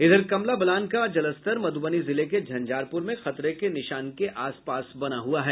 उधर कमला बलान का जलस्तर मधुबनी जिले के झंझारपुर में खतरे के निशान के आसपास बना हुआ है